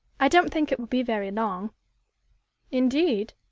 i don't think it will be very long indeed?